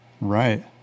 Right